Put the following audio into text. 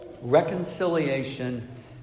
Reconciliation